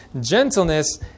gentleness